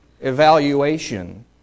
evaluation